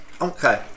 okay